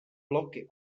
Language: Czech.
loki